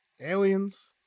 Aliens